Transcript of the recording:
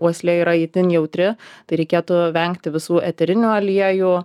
uoslė yra itin jautri tai reikėtų vengti visų eterinių aliejų